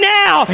now